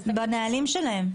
בנהלים שלהם.